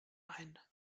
ein